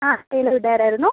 ആ ഇത് ആരായിരുന്നു